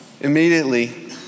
immediately